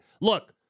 Look